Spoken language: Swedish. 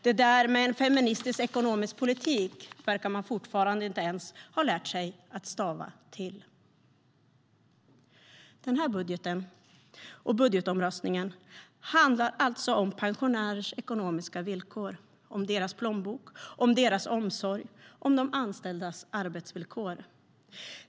Det där med en feministisk ekonomisk politik verkar de fortfarande inte ens ha lärt sig att stava till. Den här budgetomröstningen handlar alltså om pensionärers ekonomiska villkor, om deras plånbok, om deras omsorg och om de anställdas arbetsvillkor.